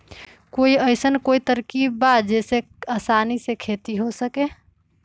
कोई अइसन कोई तरकीब बा जेसे आसानी से खेती हो सके?